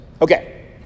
Okay